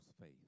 faith